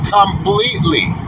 completely